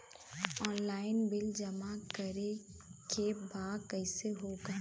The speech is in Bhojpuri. ऑनलाइन बिल जमा करे के बा कईसे होगा?